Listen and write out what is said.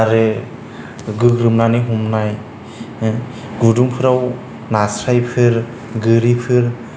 आरो गोग्रोमनानै हमनाय गुदुंफोराव नास्रायफोर गोरैफोर